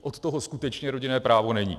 Od toho skutečně rodinné právo není.